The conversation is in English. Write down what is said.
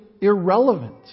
irrelevant